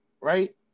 Right